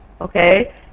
okay